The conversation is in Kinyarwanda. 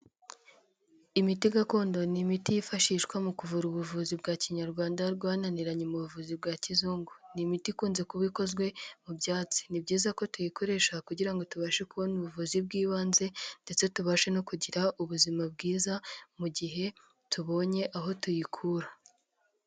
Imiti gakondo ni imiti yifashishwa mu kuvura ubuvuzi bwa Kinyarwanda bwananiranye mu buvuzi bwa kizungu. Ni imiti ikunze kuba ikozwe mu byatsi. Ni byiza ko tuyikoresha kugira ngo tubashe kubona ubuvuzi bw'ibanze ndetse tubashe no kugira ubuzima bwiza mu gihe tubonye aho tuyikura.